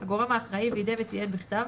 הגורם האחראי וידא ותיעד בכתב,